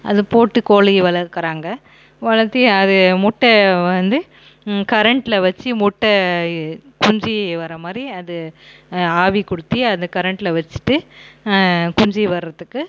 அது போட்டு கோழியை வளர்க்கிறாங்க வளத்தி அது முட்டை வந்து கரண்ட்ல வச்சி முட்டை குஞ்சு வர மாதிரி அது ஆவி கொடுத்தி அந்த கரண்ட்ல வச்சிட்டு குஞ்சு வர்றதுக்கு